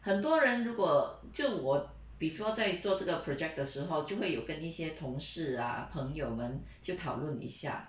很多人如果就我 before 在做这个 project 的时候就会有跟一些同事啊朋友们就讨论一下